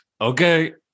okay